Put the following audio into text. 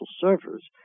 servers